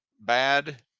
bad